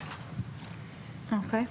אוקיי.